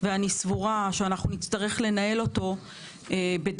ואני סבורה שאנחנו נצטרך לנהל אותו בדרך